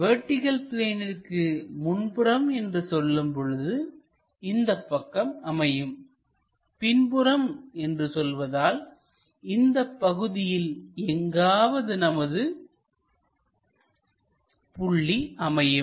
vertical பிளேனிற்கு முன்புறம் என்று சொல்லும்பொழுது இந்தப் பக்கம் அமையும் பின்புறம் என்று சொல்வதால் இந்தப் பகுதியில் எங்காவது நமது புள்ளி அமையும்